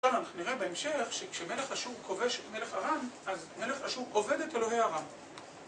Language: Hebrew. אנחנו נראה בהמשך שכשמלך אשור כובש מלך ארם, אז מלך אשור עובד את אלוהי ארם.